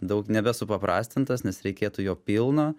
daug nebesupaprastintas nes reikėtų jo pilno